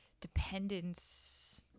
dependence